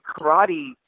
karate